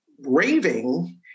raving